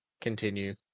continue